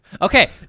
Okay